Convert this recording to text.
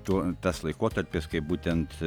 tuo tas laikotarpis kai būtent